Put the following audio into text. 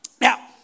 Now